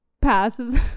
passes